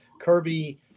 Kirby